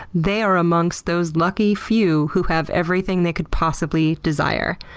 they are amongst those lucky few who have everything they could possibly desire.